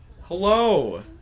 Hello